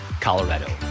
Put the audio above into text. Colorado